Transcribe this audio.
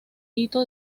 hito